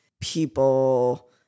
people